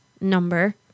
number